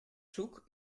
zoek